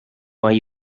why